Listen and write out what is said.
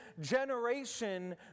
generation